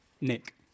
Nick